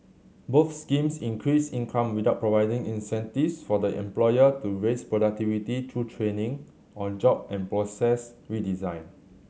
both schemes increased income without providing incentives for the employer to raise productivity through training or job and process redesign